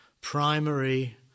primary